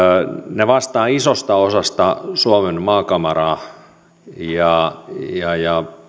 ne vastaavat isosta osasta suomen maankamaraa ja ja